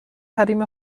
حریم